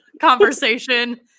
conversation